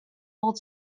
old